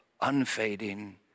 unfading